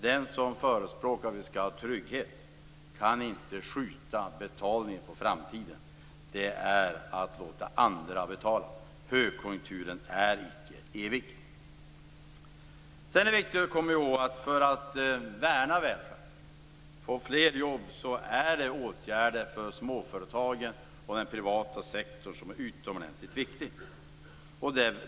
Den som förespråkar trygghet kan inte skjuta betalningen på framtiden. Det är att låta andra betala. Högkonjunkturen är icke evig. Det är viktigt att komma ihåg att för att vi skall kunna värna välfärden, få fler jobb, är åtgärder för småföretagen och den privata sektorn utomordentligt viktiga.